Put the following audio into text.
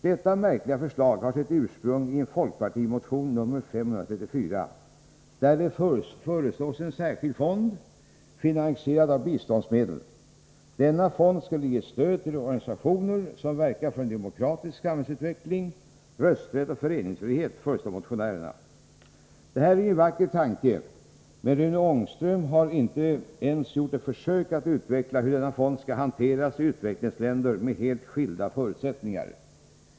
Detta märkliga förslag har sitt ursprung i folkpartimotionen 534, där det föreslås en särskild fond finansierad av biståndsmedel. Denna fond skulle ge stöd till organisationer som verkar för en demokratisk samhällsutveckling, rösträtt och föreningsfrihet, föreslår motionärerna. Detta är en vacker tanke, men Rune Ångström harinte ens gjort ett försök att utveckla hur denna fond skall hanteras i utvecklingsländer med helt skilda förutsättningar.